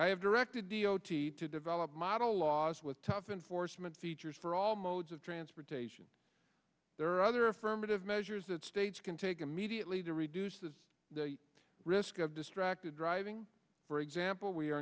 i have directed the o t to develop model laws with tough enforcement features for all modes of transportation there are other affirmative measures that states can take immediately to reduce the risk of distracted driving for example we are